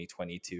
2022